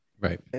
Right